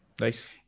Nice